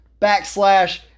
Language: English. backslash